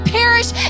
perish